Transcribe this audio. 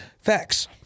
facts